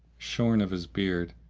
shorn of his beard,